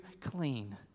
clean